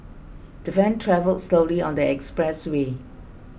the van travelled slowly on the expressway